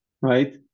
right